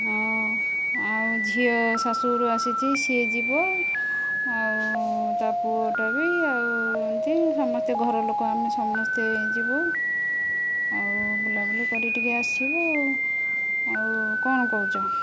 ହଁ ଆଉ ଝିଅ ଶାଶୁ ଘରୁ ଆସିଛି ସିଏ ଯିବ ଆଉ ତା ପୁଅଟା ବି ଆଉ ଏମିତି ସମସ୍ତେ ଘର ଲୋକ ଆମେ ସମସ୍ତେ ଯିବୁ ଆଉ ବୁଲାବୁଲି କରି ଟିକେ ଆସିବୁ ଆଉ କଣ କହୁଛ